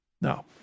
Now